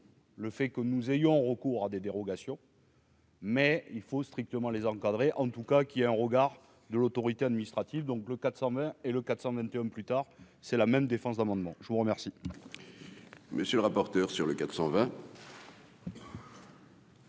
Le fait que nous ayons recours à des dérogations. Mais il faut strictement les encadrer en tout cas, qui a un regard de l'autorité administrative, donc le 400 mètres et le 421 plus tard, c'est la même défense d'amendements, je vous remercie.